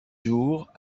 jours